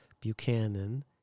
Buchanan